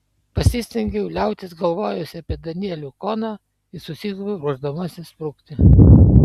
pasistengiau liautis galvojusi apie danielių koną ir susikaupiau ruošdamasi sprukti